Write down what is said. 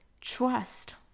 Trust